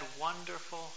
wonderful